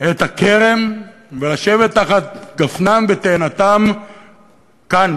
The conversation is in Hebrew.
את הכרם ולשבת תחת גפנם ותאנתם כאן,